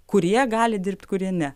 kurie gali dirbt kurie ne